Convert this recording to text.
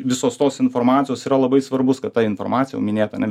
visos tos informacijos yra labai svarbus kad ta informacija jau minėta ane